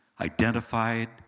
identified